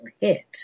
hit